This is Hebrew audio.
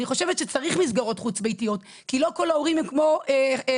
אני חושבת שצריך מסגרות חוץ ביתיות כי לא כל ההורים הם כמו חני,